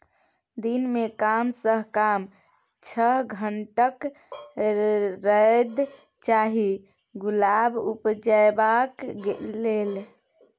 दिन मे कम सँ कम छअ घंटाक रौद चाही गुलाब उपजेबाक लेल